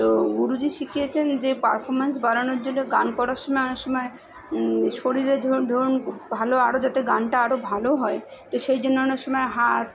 তো গুরুজি শিখিয়েছেন যে পারফর্ম্যান্স বাড়ানোর জন্য গান করার সময় সময় শরীরের যেমন ধরুন ভালো আরো যাতে গানটা আরো ভালো হয় তো সেই জন্য অনেক সময় হাত